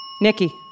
Nikki